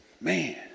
man